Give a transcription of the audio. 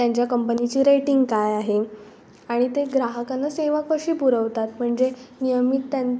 त्यांच्या कंपनीची रेटिंग काय आहे आणि ते ग्राहकांना सेवा कशी पुरवतात म्हणजे नियमित त्यां